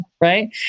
right